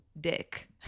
dick